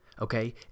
Okay